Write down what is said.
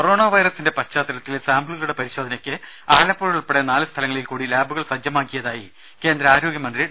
corona വൈറസിന്റെ പശ്ചാത്തലത്തിൽ സാമ്പിളുകളുടെ പരിശോധനയ്ക്ക് ആല പ്പുഴ ഉൾപ്പെടെ നാല് സ്ഥലങ്ങളിൽ കൂടി ലാബുകൾ സജ്ജമാക്കിയതായി കേന്ദ്ര ആരോഗ്യ മന്ത്രി ഡോ